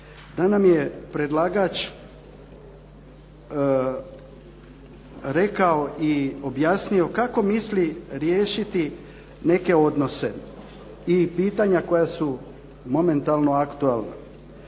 da nam je predlagač rekao i objasnio kako misli riješiti neke odnose i pitanja koja su momentalno aktualna.